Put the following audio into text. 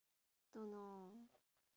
don't know